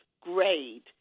grade